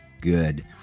good